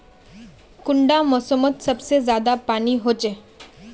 कुंडा मोसमोत सबसे ज्यादा पानी होचे?